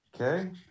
okay